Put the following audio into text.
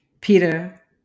Peter